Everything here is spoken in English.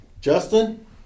Justin